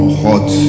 hot